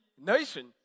nation